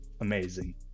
amazing